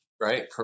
Right